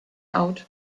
out